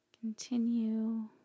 Continue